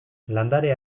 landare